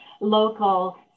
local